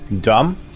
Dumb